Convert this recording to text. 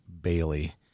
Bailey